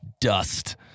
dust